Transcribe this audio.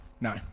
no